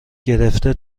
گرفته